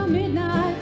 midnight